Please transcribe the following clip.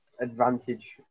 advantage